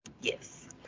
Yes